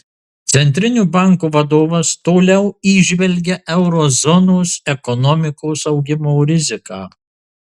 centrinio banko vadovas toliau įžvelgia euro zonos ekonomikos augimo riziką